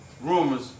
rumors